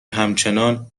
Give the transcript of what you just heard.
همچنان